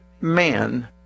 man